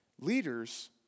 Leaders